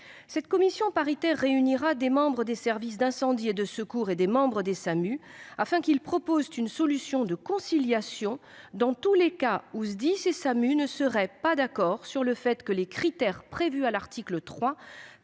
Cette commission paritaire réunira des membres des services d'incendie et de secours et des membres des SAMU afin qu'ils proposent une solution de conciliation dans tous les cas où SDIS et SAMU ne seraient pas d'accord sur le fait que les critères prévus à l'article 3